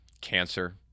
Cancer